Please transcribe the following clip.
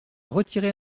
retirer